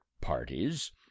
parties